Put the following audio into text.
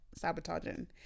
sabotaging